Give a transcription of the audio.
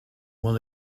when